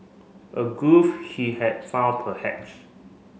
a groove he had found perhaps